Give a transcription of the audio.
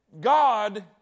God